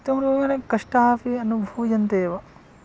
इत्थं रूपेण कष्टः अपि अनुभूयते एव